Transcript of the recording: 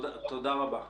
תודה רבה.